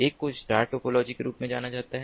एक को star topology के रूप में जाना जाता है